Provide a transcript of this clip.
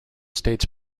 states